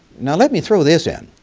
now let me throw this in